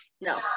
No